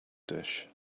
dish